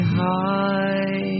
high